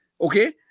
okay